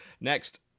Next